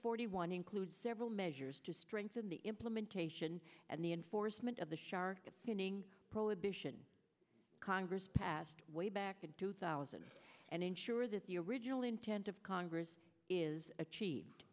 forty one includes several measures to strengthen the implementation and the enforcement of the shark finning prohibition congress passed way back in two thousand and ensure that the original intent of congress is achieved